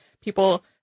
people